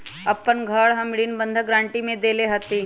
अपन घर हम ऋण बंधक गरान्टी में देले हती